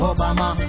Obama